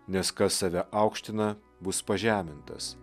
nes kas save aukština bus pažemintas